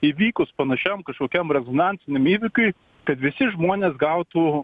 įvykus panašiam kažkokiam rezonansiniam įvykiui kad visi žmonės gautų